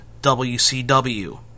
WCW